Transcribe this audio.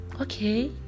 okay